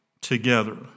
together